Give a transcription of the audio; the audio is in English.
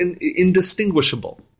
indistinguishable